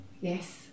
Yes